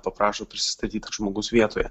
paprašo prisistatyt ar žmogus vietoje